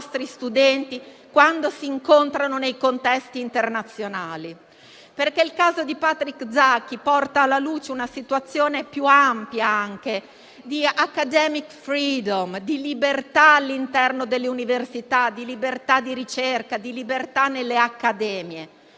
i nostri studenti quando si incontrano nei contesti internazionali. Il caso di Patrick Zaki porta alla luce una situazione anche più ampia di *academic freedom*, di libertà all'interno delle università, di libertà di ricerca, di libertà nelle accademie,